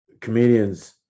comedians